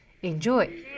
Enjoy